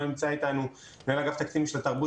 לא נמצא איתנו מנהל אגף תקציבים של התרבות,